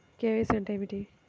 KYC అంటే ఏమి?